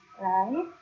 right